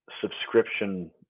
subscription